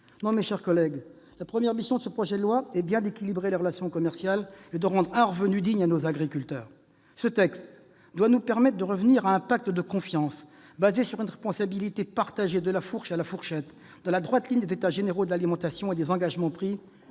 Non, mes chers collègues, la première mission de ce projet de loi est bien d'équilibrer les relations commerciales et de rendre un revenu digne à nos agriculteurs. Ce texte doit nous permettre de revenir à ce pacte de confiance fondé sur une responsabilité partagée de la fourche à la fourchette, dans la droite ligne des États généraux de l'alimentation et des engagements pris